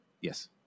yes